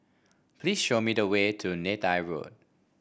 please show me the way to Neythai Road